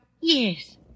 Yes